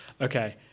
Okay